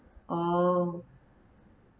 oh